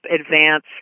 advance